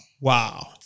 Wow